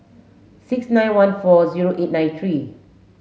six nine one four zero eight nine three